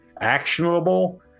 actionable